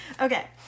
Okay